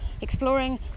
exploring